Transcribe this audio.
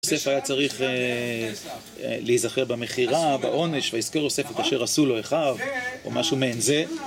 יוסף היה צריך להזכר במכירה, בעונש, ויזכור יוסף את אשר עשו לו אחיו, או משהו מעין זה.